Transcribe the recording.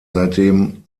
seitdem